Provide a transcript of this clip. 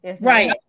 Right